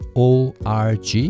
org